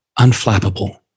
unflappable